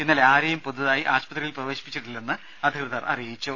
ഇന്നലെ ആരെയും പുതുതായി ആശുപത്രിയിൽ പ്രവേശിപ്പിച്ചില്ലെന്ന് അധി കൃതർ അറിയിച്ചു